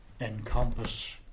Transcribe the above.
encompass